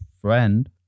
friend